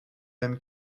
même